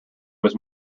was